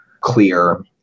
clear